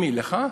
למי, לך?